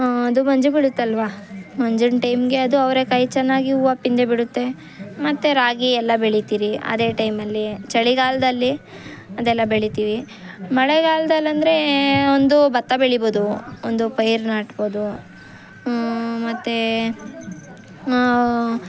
ಅದು ಮಂಜು ಬೀಳುತ್ತಲ್ವಾ ಮುಂಜಾನೆ ಟೈಮ್ಗೆ ಅದು ಅವರೆಕಾಯಿ ಚೆನ್ನಾಗಿ ಹೂವು ಪಿಂದೆ ಬಿಡುತ್ತೆ ಮತ್ತೆ ರಾಗಿ ಎಲ್ಲ ಬೆಳಿತೀರಿ ಅದೇ ಟೈಮಲ್ಲಿ ಚಳಿಗಾಲದಲ್ಲಿ ಅದೆಲ್ಲ ಬೆಳಿತೀವಿ ಮಳೆಗಾಲ್ದಲ್ಲಿ ಅಂದರೆ ಒಂದು ಭತ್ತ ಬೆಳಿಬೋದು ಒಂದು ಪೈರು ನಾಟ್ಬೋದು ಮತ್ತೇ